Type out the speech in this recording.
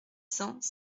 cents